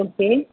okay